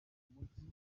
mujyi